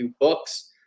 books